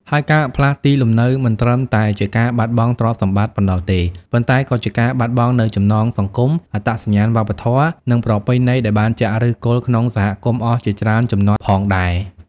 ហើយការផ្លាស់ទីលំនៅមិនត្រឹមតែជាការបាត់បង់ទ្រព្យសម្បត្តិប៉ុណ្ណោះទេ ប៉ុន្តែក៏ជាការបាត់បង់នូវចំណងសង្គម អត្តសញ្ញាណវប្បធម៌ និងប្រពៃណីដែលបានចាក់ឫសគល់ក្នុងសហគមន៍អស់ជាច្រើនជំនាន់ផងដែរ។